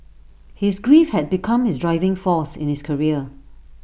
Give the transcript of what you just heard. his grief had become his driving force in his career